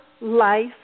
life